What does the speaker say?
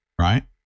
Right